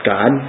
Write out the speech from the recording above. God